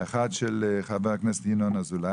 אחת של חבר הכנסת ינון אזולאי,